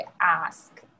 ask